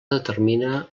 determina